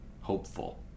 hopeful